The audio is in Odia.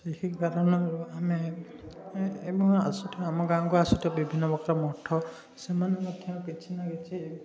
ସେହି କାରଣରୁ ଆମେ ଏବଂ ଆସୁଥିବା ଆମ ଗାଁକୁ ଆସୁଥିବା ବିଭିନ୍ନ ପ୍ରକାର ମଠ ସେମାନେ ମଧ୍ୟ କିଛି ନା କିଛି